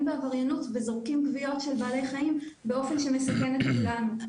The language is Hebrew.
בעבריינות וזורקים גוויות של בעלי חיים באופן שמסכן את כולנו.